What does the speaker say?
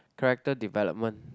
character development